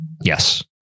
Yes